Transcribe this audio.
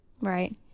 Right